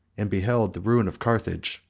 and beheld the ruin of carthage,